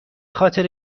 خاطر